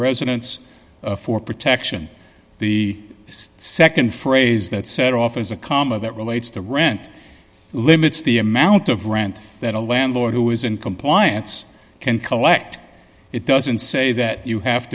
residence for protection the nd phrase that set off as a comma that relates to rent limits the amount of rent that a landlord who is in compliance can collect it doesn't say that you have